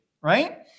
right